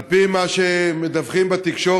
על פי מה שמדווחים בתקשורת,